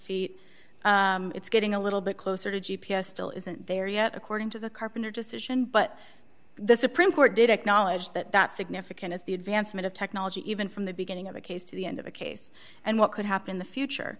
feet it's getting a little bit closer to g p s still isn't there yet according to the carpenter decision but the supreme court did acknowledge that that's significant as the advancement of technology even from the beginning of a case to the end of a case and what could happen in the future